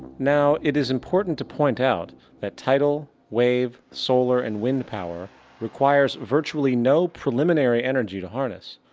now, it is important to point out that tidal, wave, solar and wind power requires virtually no preliminary energy to harness,